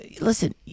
listen